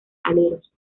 aleros